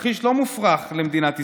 תרחיש לא מופרך למדינת ישראל,